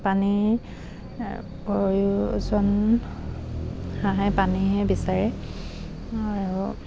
পানীৰ প্ৰয়োজন হাঁহে পানীহে বিচাৰে আৰু